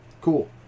cool